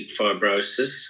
fibrosis